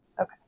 Okay